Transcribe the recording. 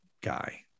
guy